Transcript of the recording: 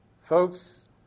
Folks